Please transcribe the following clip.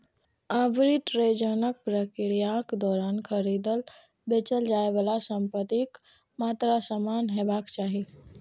आर्बिट्रेजक प्रक्रियाक दौरान खरीदल, बेचल जाइ बला संपत्तिक मात्रा समान हेबाक चाही